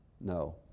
No